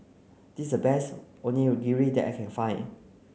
this a best Onigiri that I can find